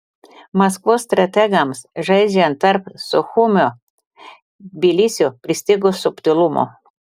maskvos strategams žaidžiant tarp suchumio ir tbilisio pristigo subtilumo